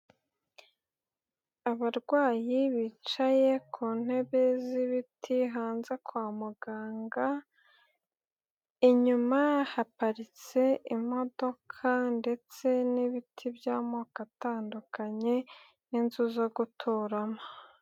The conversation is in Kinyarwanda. Abarwayi bicaye ku ntebe z'ibiti hanze kwa muganga. Inyuma haparitse imodoka ndetse n'ibiti by'amoko atandukanye n'inzu zo guturamo.